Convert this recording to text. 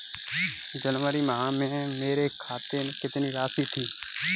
जनवरी माह में मेरे खाते में कितनी राशि थी?